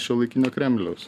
šiuolaikinio kremliaus